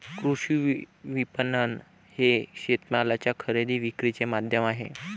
कृषी विपणन हे शेतमालाच्या खरेदी विक्रीचे माध्यम आहे